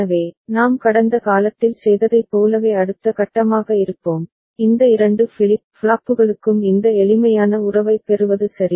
எனவே நாம் கடந்த காலத்தில் செய்ததைப் போலவே அடுத்த கட்டமாக இருப்போம் இந்த இரண்டு ஃபிளிப் ஃப்ளாப்புகளுக்கும் இந்த எளிமையான உறவைப் பெறுவது சரி